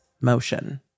motion